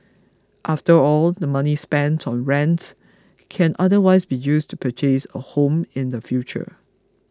after all the money spent on rent can otherwise be used to purchase a home in the future